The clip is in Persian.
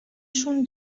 شون